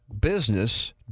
business